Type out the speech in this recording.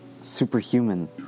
superhuman